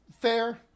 Fair